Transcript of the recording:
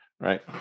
right